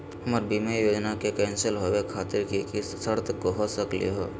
हमर बीमा योजना के कैन्सल होवे खातिर कि कि शर्त हो सकली हो?